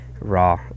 Raw